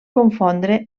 confondre